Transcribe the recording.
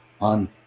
on